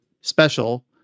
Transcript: Special